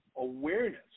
awareness